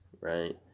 right